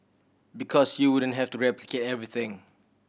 because you wouldn't have to replicate everything